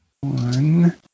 One